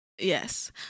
yes